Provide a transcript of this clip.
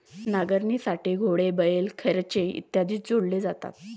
नांगरणीसाठी घोडे, बैल, खेचरे इत्यादी जोडले जातात